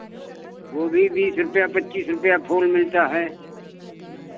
गोभी बीस रुपैया पच्चीस रुपैया फूल मिलता है